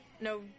No